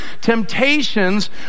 temptations